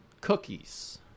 Cookies